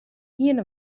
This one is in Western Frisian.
hiene